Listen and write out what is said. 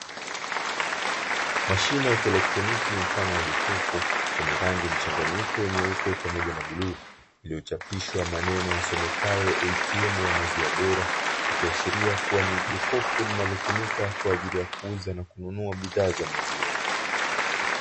Mashine ya kielektroniki mfano wa jokofu yenye rangi mchanganyiko nyeupe pamoja na bluu, iliyo chapishwa maneno yasomekayo “ATM ya maziwa bora” ikiashiria kua ni jokofu linalo tumika kwa ajili ya kuuza na kununua kwa bidhaa za maziwa.